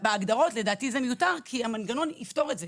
בהגדרות, לדעתי זה מיותר, כי המנגנון יפתור את זה.